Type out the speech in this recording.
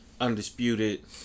undisputed